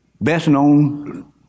best-known